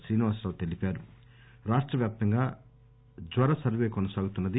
శ్రీనివాసరావు తెలిపారు రాష్ట వ్యాప్తంగా జ్వర సర్వే కొనసాగుతుంది